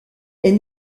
est